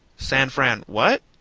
san fran what?